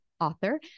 author